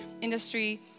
industry